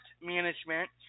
management